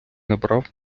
набрав